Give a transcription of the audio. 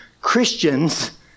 Christians